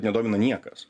nedomina niekas